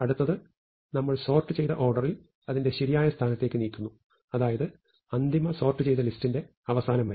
അടുത്തത് ഞങ്ങൾ സോർട്ട് ചെയ്ത ഓർഡറിൽ അതിന്റെ ശരിയായ സ്ഥാനത്തേക്ക് നീക്കുന്നു അതായത് അന്തിമ സോർട്ട് ചെയ്ത ലിസ്റ്റിന്റെ അവസാനം വരെ